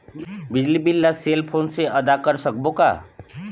बिजली बिल ला cell phone से आदा कर सकबो का?